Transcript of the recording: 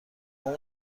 اون